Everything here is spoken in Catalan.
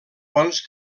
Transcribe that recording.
bons